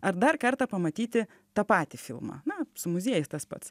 ar dar kartą pamatyti tą patį filmą na su muziejais tas pats